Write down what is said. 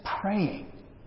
praying